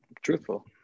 truthful